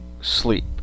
sleep